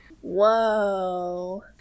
Whoa